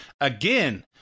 Again